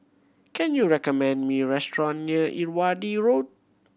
can you recommend me restaurant near Irrawaddy Road